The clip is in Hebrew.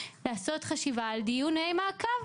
לעשות חשיבה על דיוני מעקב.